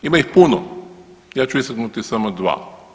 Ima ih puno, ja ću istaknuti samo dva.